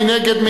מי נגד?